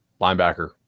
Linebacker